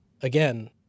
Again